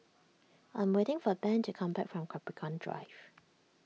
I'm waiting for Ben to come back from Capricorn Drive